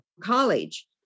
college